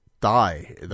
die